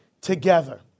together